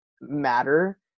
matter